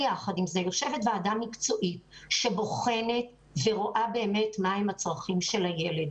יחד עם זה יושבת ועדה מקצועית שבוחנת ורואה מהם הצרכים של הילד.